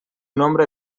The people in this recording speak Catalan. nombre